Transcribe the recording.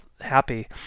happy